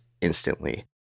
instantly